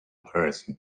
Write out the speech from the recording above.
person